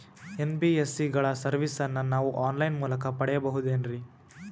NBSC ಗಳ ಸರ್ವಿಸನ್ನ ನಾವು ಆನ್ ಲೈನ್ ಮೂಲಕ ಪಡೆಯಬಹುದೇನ್ರಿ?